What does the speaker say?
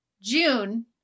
June